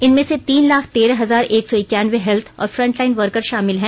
इनमें से तीन लाख तेरह हजार एक सौ इक्यानवें हेत्थ और फ्रंटलाइन वर्कर शामिल हैं